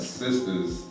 sister's